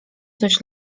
coś